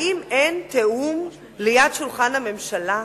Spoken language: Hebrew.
האם אין תיאום ליד שולחן הממשלה?